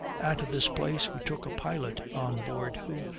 at this place we took a pilot on board, who,